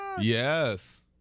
Yes